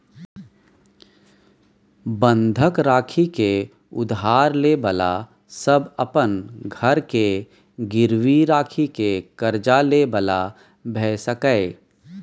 बंधक राखि के उधार ले बला सब अपन घर के गिरवी राखि के कर्जा ले बला भेय सकेए